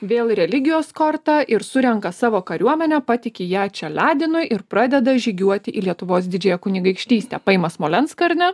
vėl religijos korta ir surenka savo kariuomenę patiki ją čeliadinui ir pradeda žygiuoti į lietuvos didžiąją kunigaikštystę paima smolenską ar ne